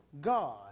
God